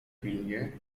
pilnie